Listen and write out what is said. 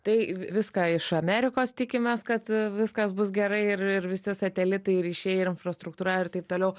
tai viską iš amerikos tikimės kad viskas bus gerai ir ir visi satelitai ir ryšiai ir infrastruktūra ir taip toliau